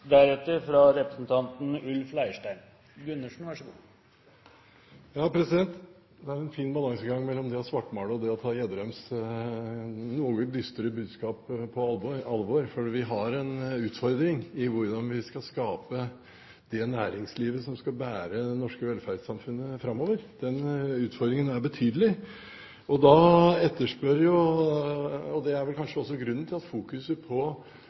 er en fin balansegang mellom det å svartmale og det å ta Gjedrems noe dystre budskap på alvor, for vi har en utfordring i hvordan vi skal skape det næringslivet som skal bære det norske velferdssamfunnet framover. Den utfordringen er betydelig. Det er vel kanskje grunnen til at fokuset på bl.a. gode veier, tidsmessig infrastruktur og bedrifter som har evnen til å skape nye arbeidsplasser og høyt kunnskapsnivå i samfunnet, er